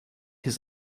his